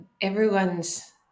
everyone's